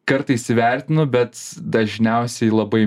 kartais įvertinu bet dažniausiai labai